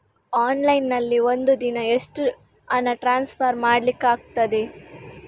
Online ನಲ್ಲಿ ಒಂದು ದಿನ ಎಷ್ಟು ಹಣ ಟ್ರಾನ್ಸ್ಫರ್ ಮಾಡ್ಲಿಕ್ಕಾಗ್ತದೆ?